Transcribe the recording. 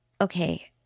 okay